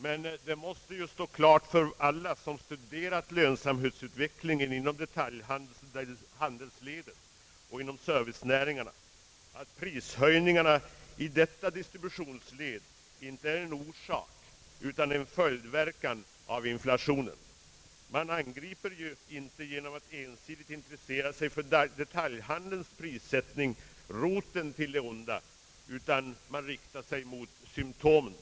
Det måste emellertid stå klart för alla som har studerat lönsamhetsutvecklingen inom handelsledet och inom servicenäringarna att prishöjningarna i detta distributionsled inte är en orsak till utan en följd av inflationen. Man angriper ju inte genom att ensidigt intressera sig för detaljhandelns prissättning roten till det onda, utan man riktar sig mot symptomen.